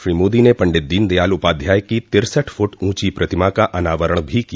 श्री मोदी ने पण्डित दीन दयाल उपाध्याय की तिरसठ फुट ऊँची प्रतिमा का अनावरण किया